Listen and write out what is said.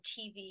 TV